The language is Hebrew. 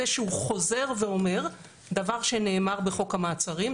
שהוא חוזר ואומר - דבר שנאמר בחוק המעצרים,